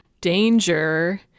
danger